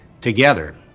together